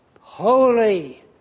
holy